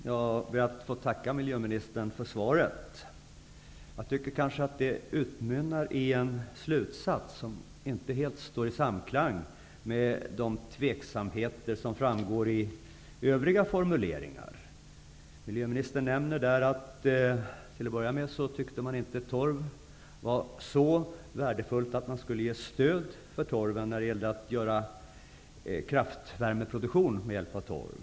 Herr talman! Jag får tacka miljöministern för svaret. Jag tycker att svaret utmynnar i en slutsats som inte helt står i samklang med de tveksamheter som framgår i övriga formuleringar. Miljöministern nämner där att man inte tycker att torv är så värdefull att man vill ge stöd till kraftvärmeproduktion med hjälp av torv.